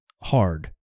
hard